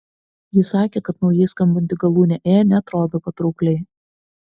ji sakė kad naujai skambanti galūnė ė neatrodo patraukliai